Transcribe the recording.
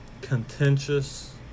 contentious